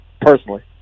personally